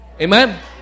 Amen